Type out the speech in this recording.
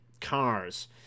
cars